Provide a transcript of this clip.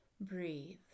Breathe